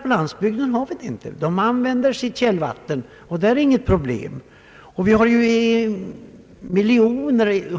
På landsbygden har man inte detta problem. Där använder man sitt källvatten.